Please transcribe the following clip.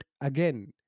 again